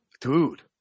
Dude